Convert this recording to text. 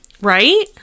Right